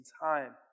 time